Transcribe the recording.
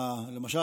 למשל,